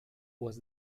was